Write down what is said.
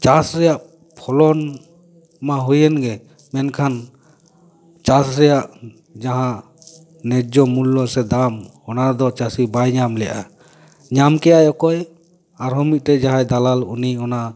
ᱪᱟᱥ ᱨᱮᱭᱟᱜ ᱯᱷᱚᱞᱚᱱ ᱢᱟ ᱦᱩᱭᱮᱱ ᱜᱮ ᱢᱮᱱᱠᱷᱟᱱ ᱪᱟᱥ ᱨᱮᱭᱟᱜ ᱡᱟᱦᱟᱸ ᱱᱮᱡᱷᱭᱚ ᱢᱩᱞᱞᱚ ᱥᱮ ᱫᱟᱢ ᱚᱱᱟ ᱫᱚ ᱪᱟᱹᱥᱤ ᱵᱟᱭ ᱧᱟᱢ ᱞᱮᱜᱼᱟ ᱧᱟᱢ ᱠᱮᱜ ᱟᱭ ᱚᱠᱚᱭ ᱟᱨᱚᱦᱚᱸ ᱢᱤᱫᱴᱮᱡ ᱡᱟᱦᱟᱭ ᱫᱟᱞᱟᱞ ᱩᱱᱤ ᱚᱱᱟ